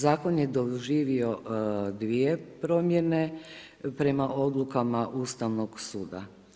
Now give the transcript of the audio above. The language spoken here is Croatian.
Zakon je doživio dvije promjene prema odlukama Ustavnog suda.